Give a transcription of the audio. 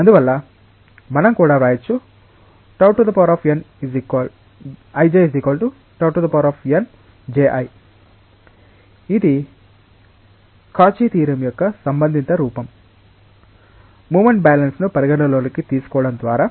అందువల్ల మనం కూడా వ్రాయవచ్చు τ nij τ n ji ఇది కాచీ థీరం యొక్క సంబంధిత రూపం ముమెంట్ బ్యాలన్స్ ను పరిగణనలోకి తీసుకోవడం ద్వారా